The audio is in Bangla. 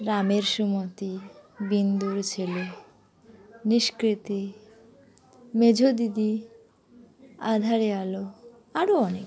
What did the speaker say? রামের সুমতি বিন্দুর ছেলে নিষ্কৃতি মেজ দিদি আঁধারে আলো আরও অনেক